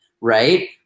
right